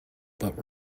but